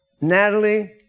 Natalie